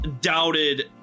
doubted